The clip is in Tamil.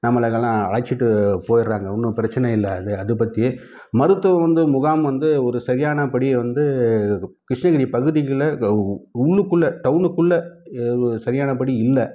நம்மளங்களாக அழைச்சிட்டு போயிடுறாங்க ஒன்றும் பிரச்சனை இல்லை அது அது பற்றி மருத்துவம் வந்து முகாம் வந்து ஒரு சரியானபடி வந்து கிருஷ்ணகிரி பகுதியில் உள்ளுக்குள்ளே டவுனுக்குள்ளே சரியானபடி இல்லை